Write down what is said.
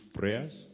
prayers